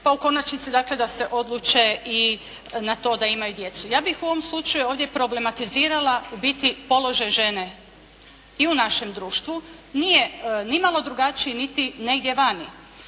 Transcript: pa u konačnici dakle da se odluče i na to da imaju djecu. Ja bih u ovom slučaju ovdje problematizirala u biti položaj žene i u našem društvu. Nije ni malo drugačiji niti negdje vani,